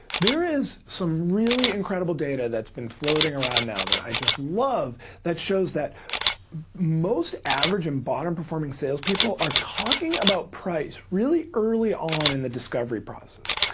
there is some really incredible data that's been floating around now that i just love that shows that most average and bottom performing sales people are talking about price really early on in the discovery process.